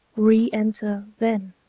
reenter, then,